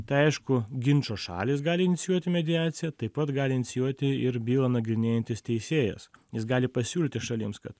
tai aišku ginčo šalys gali inicijuoti mediaciją taip pat gali inicijuoti ir bylą nagrinėjantis teisėjas jis gali pasiūlyti šalims kad